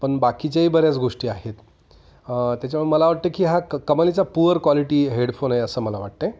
पण बाकीच्याही बऱ्याच गोष्टी आहेत त्याच्यामुळे मला वाटतं की हा क कमलीचा पूअर क्वालिटी हेडफोन आहे असं मला वाटतं